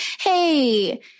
Hey